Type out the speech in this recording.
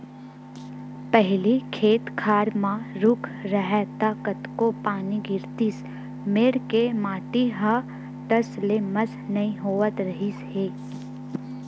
पहिली खेत खार म रूख राहय त कतको पानी गिरतिस मेड़ के माटी ह टस ले मस नइ होवत रिहिस हे